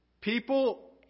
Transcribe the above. people